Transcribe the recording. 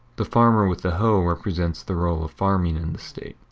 the farmer with the hoe represents the role of farming in the state.